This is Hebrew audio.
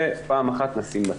זה פעם אחת, נשים בצד.